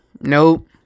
Nope